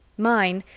mine,